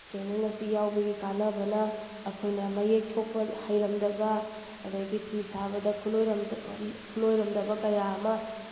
training ꯑꯁꯤ ꯌꯥꯎꯕꯒꯤ ꯀꯥꯟꯅꯕꯅ ꯑꯩꯈꯣꯏꯅ ꯃꯌꯦꯛ ꯊꯣꯛꯄ ꯍꯩꯔꯝꯗꯕ ꯑꯗꯒꯤ ꯐꯤ ꯁꯥꯕꯗ ꯈꯨꯠꯂꯣꯏꯔꯝꯗꯕ ꯀꯌꯥ ꯑꯃ